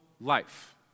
life